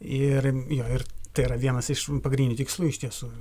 ir jo ir tai yra vienas iš pagrindinių tikslų iš tiesų